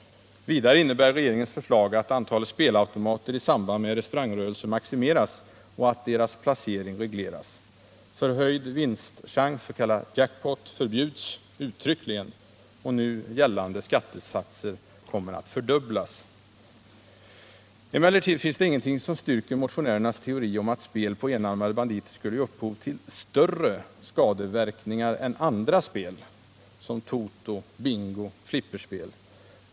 Vidare innebär regeringens förslag att antalet spelautomater i samband med restaurangrörelse maximeras och att deras placering regleras. Förhöjd vinstchans — s.k. jackpott — förbjuds uttryckligen, och nu gällande skattesatser kommer att fördubblas. Emellertid finns det ingenting som styrker motionärernas teori om att spel på enarmade banditer skulle ge upphov till större skadeverkningar än andra spel, såsom toto, bingo och flipperspel.